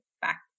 back